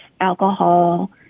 alcohol